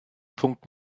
punkt